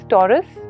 Taurus